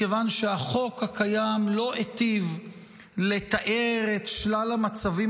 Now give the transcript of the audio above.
מכיוון שהחוק הקיים לא היטיב לתאר את שלל המצבים